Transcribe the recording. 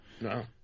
No